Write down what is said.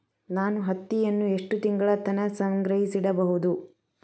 ನಾನು ಹತ್ತಿಯನ್ನ ಎಷ್ಟು ತಿಂಗಳತನ ಸಂಗ್ರಹಿಸಿಡಬಹುದು?